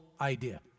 idea